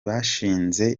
bashinze